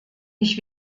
ich